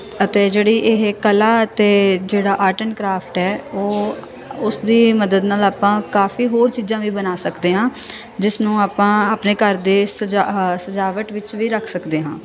ਅਤੇ ਜਿਹੜੀ ਇਹ ਕਲਾ ਅਤੇ ਜਿਹੜਾ ਆਰਟ ਐਂਡ ਕਰਾਫਟ ਹੈ ਉਹ ਉਸਦੀ ਮਦਦ ਨਾਲ ਆਪਾਂ ਕਾਫੀ ਹੋਰ ਚੀਜ਼ਾਂ ਵੀ ਬਣਾ ਸਕਦੇ ਹਾਂ ਜਿਸ ਨੂੰ ਆਪਾਂ ਆਪਣੇ ਘਰ ਦੇ ਸਜਾ ਆਹ ਸਜਾਵਟ ਵਿੱਚ ਵੀ ਰੱਖ ਸਕਦੇ ਹਾਂ